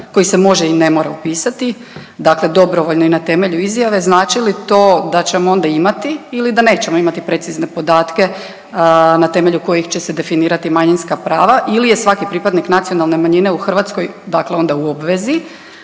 koji se može i ne mora upisati. Dakle, dobrovoljno i na temelju izjave. Znači li to da ćemo onda imati ili da nećemo imati precizne podatke na temelju kojih će se definirati manjinska prava ili je svaki pripadnik nacionalne manjine u Hrvatskoj, dakle onda u obvezi,